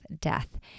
death